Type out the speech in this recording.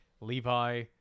levi